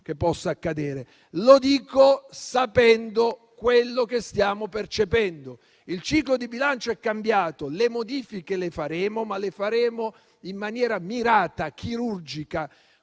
Lo dico sapendo quello che stiamo percependo. Il ciclo di bilancio è cambiato: le modifiche le faremo, ma le faremo in maniera mirata, chirurgica